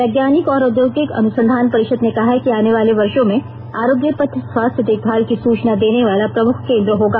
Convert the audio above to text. वैज्ञानिक और औद्योगिक अनुसंधान परिषद ने कहा है कि आने वाले वर्षो में आरोग्य पथ स्वास्थ्य देखभाल की सूचना देने वाला प्रमुख केंद्र होगा